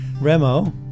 Remo